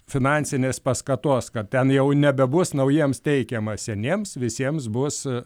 finansinės paskatos kad ten jau nebebus naujiems teikiama seniems visiems bus